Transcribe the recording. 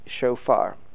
shofar